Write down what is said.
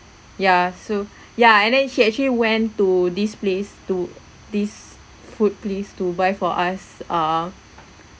ya so ya and then she actually went to this place to this food place to buy for us uh